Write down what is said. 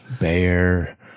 bear